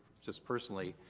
just personally,